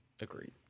Agreed